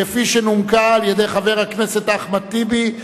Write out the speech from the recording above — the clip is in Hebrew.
כפי שנומקה על-ידי חבר הכנסת אחמד טיבי,